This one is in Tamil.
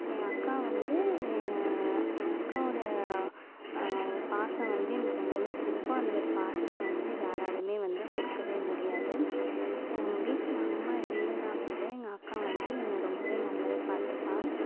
என் அக்கா வந்து என் அக்காவோடய பாசம் வந்து எனக்கு ரொம்பவே பிடிக்கும் அந்தமாதிரி பாசத்தை வந்து யாராலுமே வந்து கொடுக்கவே முடியாது எங்கள் வீட்டில் அம்மா இல்லைனா கூட எங்கக்கா வந்து என்ன ரொம்பவே நல்லாவே பார்த்துப்பா